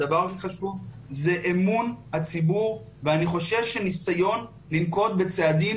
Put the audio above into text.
הדבר הכי חשוב זה אמון הציבור ואני חושש שניסיון לנקוט בצעדים